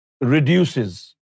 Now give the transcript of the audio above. reduces